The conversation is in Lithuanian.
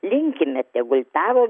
linkime tegul tavo